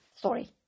Sorry